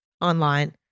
online